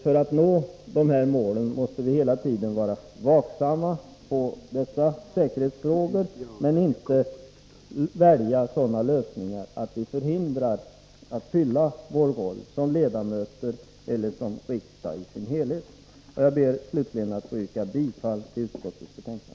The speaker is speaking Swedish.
För att nå de målen måste vi hela tiden vara vaksamma på säkerhetsfrågorna men inte välja sådana lösningar att vi förhindras att fylla vår roll som ledamöter eller som riksdag i sin helhet. Jag ber att få yrka bifall till utskottets hemställan.